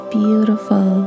beautiful